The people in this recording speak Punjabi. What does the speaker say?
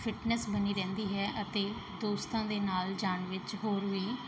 ਫਿਟਨੈਸ ਬਣੀ ਰਹਿੰਦੀ ਹੈ ਅਤੇ ਦੋਸਤਾਂ ਦੇ ਨਾਲ ਜਾਣ ਵਿੱਚ ਹੋਰ ਵੀ